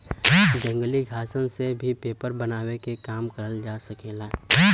जंगली घासन से भी पेपर बनावे के काम करल जा सकेला